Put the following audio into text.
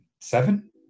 seven